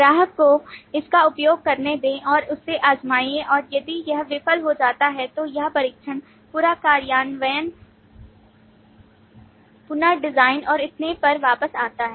ग्राहक को इसका उपयोग करने दें और इसे आज़माएं और यदि यह विफल हो जाता है तो यह परीक्षण पुन कार्यान्वयन पुन डिज़ाइन और इतने पर वापस आता है